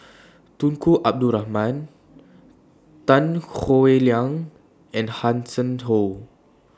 Tunku Abdul Rahman Tan Howe Liang and Hanson Ho